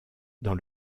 dans